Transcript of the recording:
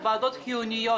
ועדות חיוניות.